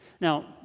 Now